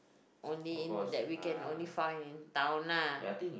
only in that weekend only found in town lah